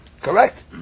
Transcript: Correct